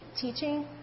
Teaching